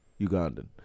Ugandan